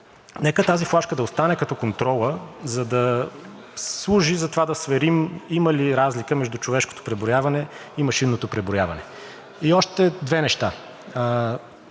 нека тази флашка да остане като контрола, за да служи за това да сверим има ли разлика между човешкото преброяване и машинното преброяване. И още две неща.